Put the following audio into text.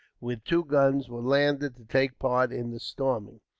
with two guns, were landed to take part in the storming.